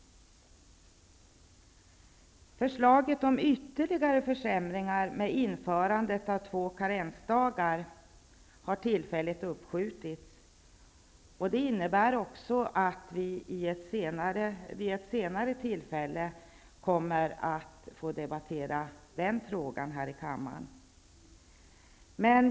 Förslaget om ytterligare försämringar genom införande av två karensdagar har tillfälligt uppskjutits. Det innebär att vi vid ett senare tillfälle kommer att få debattera den frågan här i kammaren.